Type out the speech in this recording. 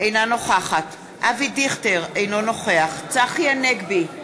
אינה נוכחת אבי דיכטר, אינו נוכח צחי הנגבי,